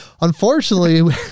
unfortunately